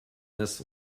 this